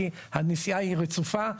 כי הנסיעה היא רצופה,